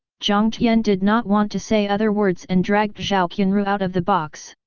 jiang tian did not want to say other words and dragged zhao qianru out of the box.